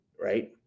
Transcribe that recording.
right